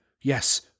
Yes